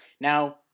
Now